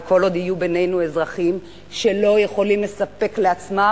וכל עוד יהיו בינינו אזרחים שלא יכולים לספק לעצמם